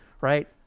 right